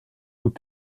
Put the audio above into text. aux